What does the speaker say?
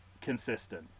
consistent